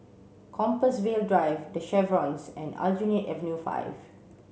Compassvale Drive the Chevrons and Aljunied Avenue five